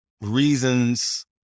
reasons